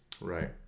Right